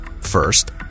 First